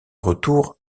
retour